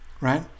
right